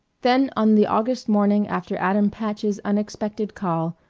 then, on the august morning after adam patch's unexpected call,